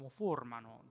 formano